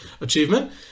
achievement